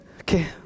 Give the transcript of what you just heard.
Okay